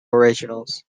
originals